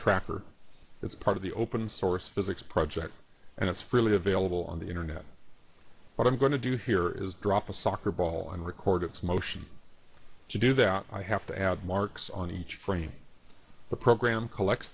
tracker it's part of the open source physics project and it's freely available on the internet what i'm going to do here is drop a soccer ball and record its motion to do that i have to add marks on each frame the program collects